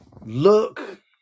look